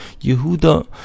Yehuda